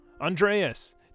Andreas